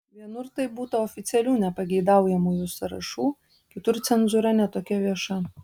vienur tai būta oficialių nepageidaujamųjų sąrašų kitur cenzūra ne tokia vieša